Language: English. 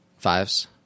fives